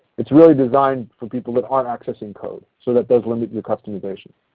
it is really designed for people that aren't accessing code, so that does limit your customization.